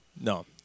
No